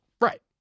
Right